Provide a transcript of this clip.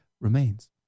remains